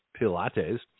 Pilates